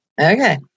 Okay